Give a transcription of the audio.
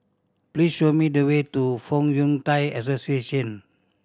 please show me the way to Fong Yun Thai Association